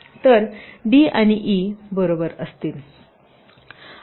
तरd आणि e बरोबर असतील